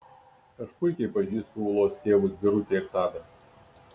aš puikiai pažįstu ūlos tėvus birutę ir tadą